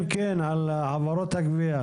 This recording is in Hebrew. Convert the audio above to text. כן, על העברות הגבייה.